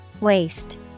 waste